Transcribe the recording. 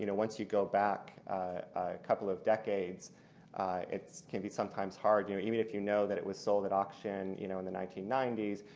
you know once you go back a couple of decades it can be sometimes hard. you know even if you know that it was sold at auction you know in the nineteen ninety s,